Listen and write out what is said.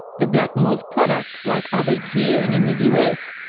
the blackmores products, like others here and in the us,